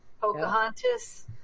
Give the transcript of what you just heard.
Pocahontas